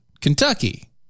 Kentucky